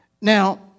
Now